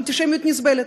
אנטישמיות נסבלת.